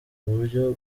buryo